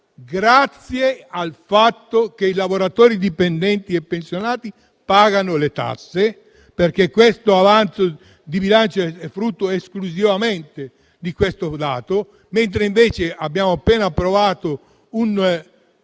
grazie al fatto che i lavoratori dipendenti e i pensionati pagano le tasse, perché questo avanzo di bilancio è frutto esclusivamente di tale dato, mentre abbiamo appena approvato un